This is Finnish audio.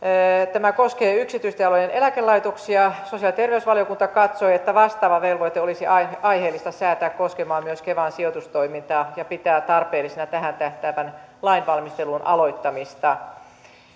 tämä koskee yksityisten alojen eläkelaitoksia sosiaali ja terveysvaliokunta katsoi että vastaava velvoite olisi aiheellista säätää koskemaan myös kevan sijoitustoimintaa ja pitää tarpeellisena tähän tähtäävän lainvalmistelun aloittamista